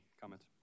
comments